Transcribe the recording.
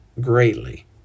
greatly